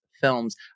Films